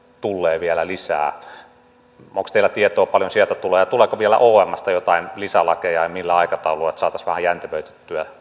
tullee vielä lisää onko teillä tietoa paljonko sieltä tulee tuleeko vielä omstä jotain lisälakeja ja millä aikataululla että saataisiin vähän jäntevöitettyä